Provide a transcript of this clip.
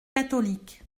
catholiques